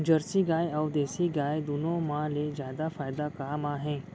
Jersey गाय अऊ देसी गाय दूनो मा ले जादा फायदा का मा हे?